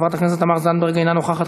חברת הכנסת תמר זנדברג, אינה נוכחת.